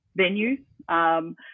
venues